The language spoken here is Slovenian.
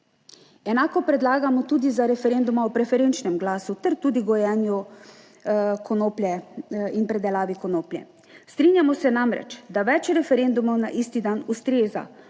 Enako predlagamo tudi za referendum o preferenčnem glasu ter tudi gojenju konoplje in predelavi konoplje. Strinjamo se namreč, da več referendumov na isti dan ustreza